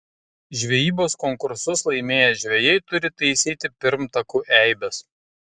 žvejybos konkursus laimėję žvejai turi taisyti pirmtakų eibes